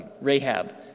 Rahab